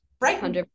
right